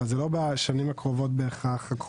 אבל זה לא בשנים הקרובות בהכרח.